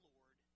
Lord